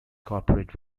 corporate